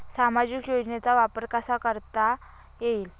सामाजिक योजनेचा वापर कसा करता येईल?